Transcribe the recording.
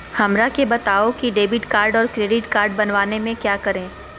हमरा के बताओ की डेबिट कार्ड और क्रेडिट कार्ड बनवाने में क्या करें?